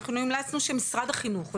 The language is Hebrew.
אנחנו המלצנו שמשרד החינוך,